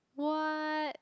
what